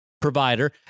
provider